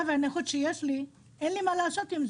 והנכות שיש לי אין לי מה לעשות.